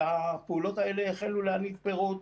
שהפעולות האלה החלו להניב פירות.